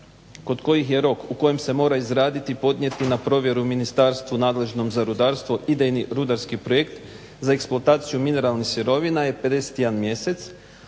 62.kod kojih je rok u kojem se mora izraditi i podnijeti na provjeru ministarstvu nadležnom za rudarstvo idejni rudarski projekt za eksploataciju mineralnih sirovina je 51 mjesec,